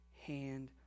hand